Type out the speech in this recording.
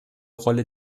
rolle